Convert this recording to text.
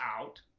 out